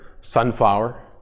sunflower